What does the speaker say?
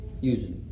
Usually